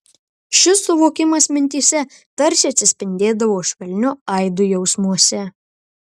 šis suvokimas mintyse tarsi atsispindėdavo švelniu aidu jausmuose